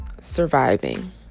surviving